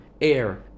air